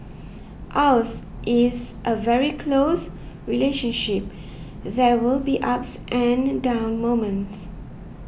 ours is a very close relationship there will be ups and down moments